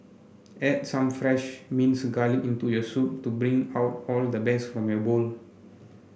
add some fresh minced garlic into your soup to bring out all the best from your bowl